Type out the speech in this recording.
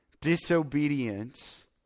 disobedience